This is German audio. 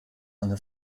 eine